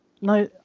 no